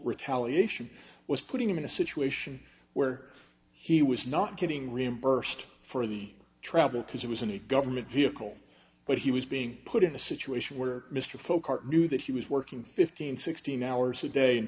retaliation was putting him in a situation where he was not getting reimbursed for the travel because it was in a government vehicle but he was being put in a situation where mr folk art knew that he was working fifteen sixteen hours a day